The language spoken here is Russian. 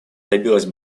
добилась